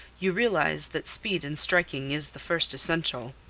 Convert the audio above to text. you realize that speed in striking is the first essential.